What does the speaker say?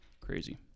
Crazy